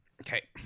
okay